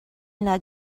yna